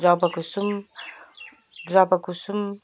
जवा कुसुम जवा कुसुम